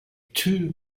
two